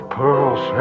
pearls